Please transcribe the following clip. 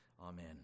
Amen